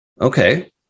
Okay